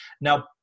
Now